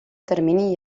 termini